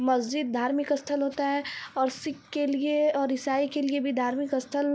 मस्जिद धार्मिक स्थल होता है और सिख के लिए और इसाई के लिए भी धार्मिक स्थल